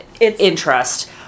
interest